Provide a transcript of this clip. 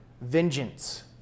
vengeance